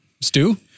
Stew